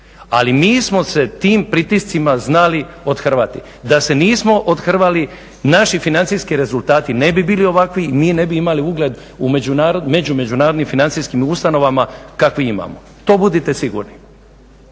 ali mi smo se tim pritiscima znali othrvati. Da se nismo othrvali naši financijski rezultati ne bi bili ovakvi, mi ne bi imali ugled među međunarodnim financijskim ustanovama kakav imamo. To budite sigurni.